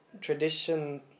tradition